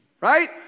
right